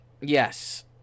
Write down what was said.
Yes